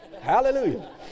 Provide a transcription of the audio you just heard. hallelujah